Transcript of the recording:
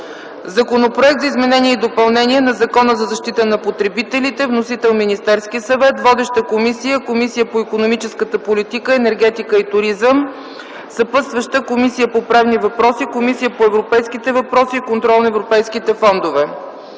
Законопроект за изменение и допълнение на Закона за защита на потребителите. Вносител е Министерският съвет. Водеща е Комисията по икономическа политика, енергетика и туризъм. Съпътстващи са: Комисията по правни въпроси и Комисията по европейските въпроси и контрол на европейските фондове.